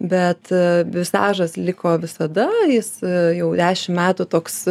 bet stažas liko visada jis jau dešimt metų toks